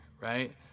right